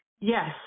Yes